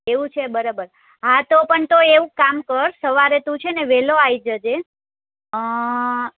એવું છે બરાબર હા તો પણ તો એવું કામ કર સવારે તું છેને વહેલો આવી જજે અ